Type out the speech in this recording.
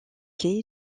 quai